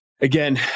Again